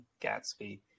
Gatsby